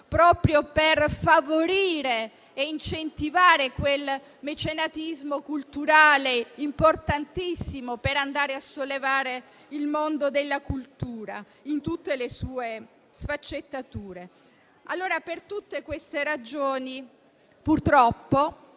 proprio per favorire e incentivare quel mecenatismo culturale importantissimo per sollevare il mondo della cultura in tutte le sue sfaccettature. Per tutte queste ragioni, purtroppo